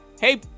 hey